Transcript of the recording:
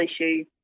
issue